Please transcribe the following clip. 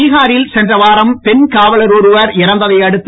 பீகாரில் சென்ற வாரம் பெண் காவலர் ஒருவர் இறந்ததை அடுத்து